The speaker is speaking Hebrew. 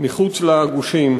מחוץ לגושים,